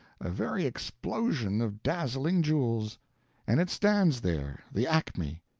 a very explosion of dazzling jewels and it stands there the acme,